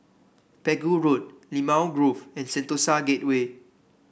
Pegu Road Limau Grove and Sentosa Gateway